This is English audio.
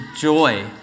joy